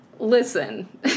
Listen